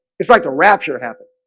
it's like a rapture happen.